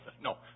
No